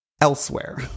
elsewhere